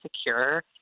secure